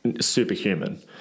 superhuman